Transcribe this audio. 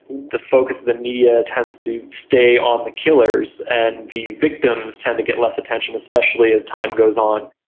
the focus of the media tends to stay on the killers, and the victims tend to get less attention, especially as time goes on.